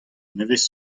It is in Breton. nevez